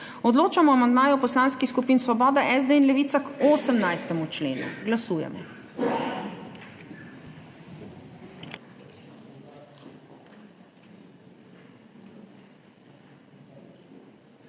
Odločamo o amandmaju poslanskih skupin Svoboda, SD in Levica k 15. členu. Glasujemo.